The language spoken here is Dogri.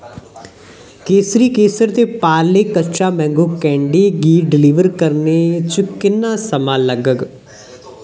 केसरी केसर ते पार्ले कच्चा मैंगो कैंडी गी डलीवर करने च किन्ना समां लग्गग